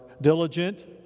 diligent